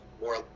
more